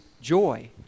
joy